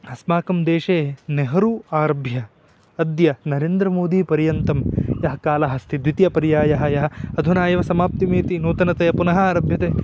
अस्माकं देशे नेहरू आरभ्य अद्य नरेन्द्रमोदीपर्यन्तं यः कालः अस्ति द्वितीयपर्यायः यः अधुना एव समाप्तिमेति नूतनतया पुनः आरभ्यते